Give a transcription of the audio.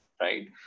right